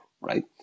right